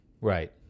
Right